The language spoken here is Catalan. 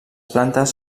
plantes